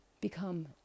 become